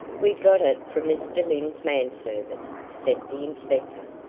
we got it from mr. lyne's manservant, said the inspector.